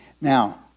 Now